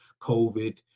COVID